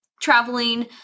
traveling